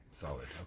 Solid